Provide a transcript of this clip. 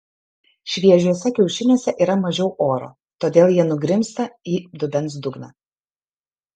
šviežiuose kiaušiniuose yra mažiau oro todėl jie nugrimzta į dubens dugną